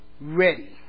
ready